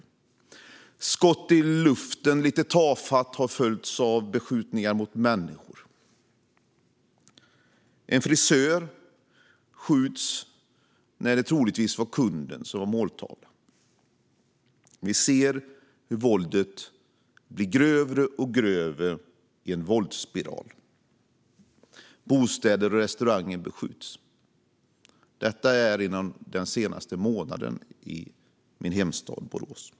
Lite tafatta skott i luften har följts av skjutningar mot människor. En frisör skjuts när det troligtvis var kunden som var måltavlan. Vi ser hur våldet blir grövre och grövre i en våldsspiral. Bostäder och restauranger beskjuts. Detta har skett den senaste månaden i min hemstad Borås.